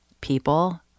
People